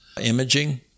imaging